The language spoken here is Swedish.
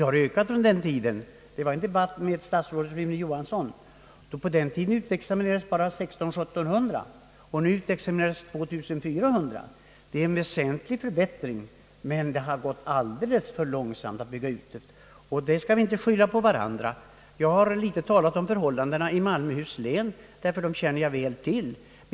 Problemet behandlades då i en debatt med statsrådet Rune Johansson, På den tiden utexaminerades bara 1 600—1 700 sjuksköterskor årligen, medan siffran nu är 2 400. Det är en väsentlig förbättring, men utbyggnaden har dock gått alldeles för långsamt. Vi kan cemellertid inte skylla på varandra, vi har gemensamt ansvar. Jag har något litet talat om förhållandena i Malmöhus län, ty dem känner jag väl till.